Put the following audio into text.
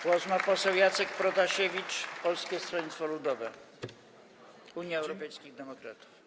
Głos ma poseł Jacek Protasiewicz, Polskie Stronnictwo Ludowe - Unia Europejskich Demokratów.